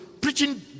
preaching